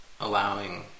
allowing